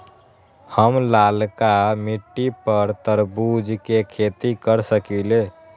हम लालका मिट्टी पर तरबूज के खेती कर सकीले?